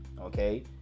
okay